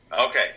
Okay